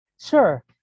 Sure